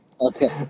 okay